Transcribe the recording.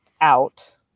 Out